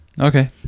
Okay